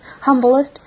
humblest